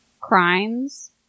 crimes